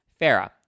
Farah